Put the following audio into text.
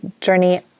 journey